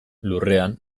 lurrean